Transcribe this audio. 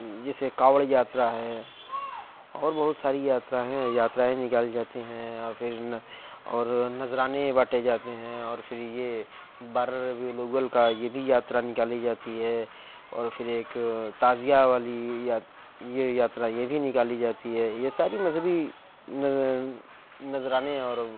جیسے کاوڑ یاترا ہے اور بہت ساری یاترا ہیں یاترائیں نکالی جاتی ہیں اور پھر اور نذرانے بانٹے جاتے ہیں اور پھر یہ بارہ ربیع الاول کا یہ بھی یاترا نکالی جاتی ہے اور پھر ایک تعزیہ والی یات یہ یاترا یہ بھی نکالی جاتی ہے یہ سارے مذہبی نذر نذرانے اور